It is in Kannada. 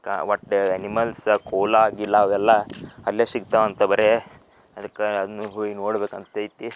ಕಾ ಒಟ್ಟು ಎನಿಮಲ್ಸ ಕೋಲಾ ಗೀಲಾ ಅವೆಲ್ಲ ಅಲ್ಲೇ ಸಿಗ್ತಾವಂತೆ ಬರೀ ಅದಕ್ಕೆ ಅದ್ನ ಈಗ ಹೋಗ್ ನೋಡ್ಬೇಕಂತ ಐತಿ